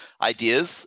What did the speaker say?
ideas